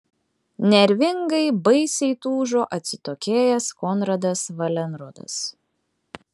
nervingai baisiai tūžo atsitokėjęs konradas valenrodas